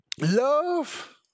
Love